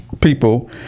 people